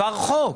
עבר חוק.